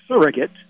surrogate